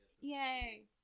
yay